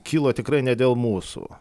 kilo tikrai ne dėl mūsų